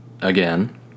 again